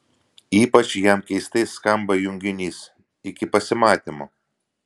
ypač jam keistai skamba junginys iki pasimatymo